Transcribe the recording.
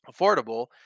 affordable